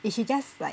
it should just like